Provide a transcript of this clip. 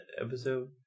episode